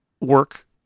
work